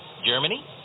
Germany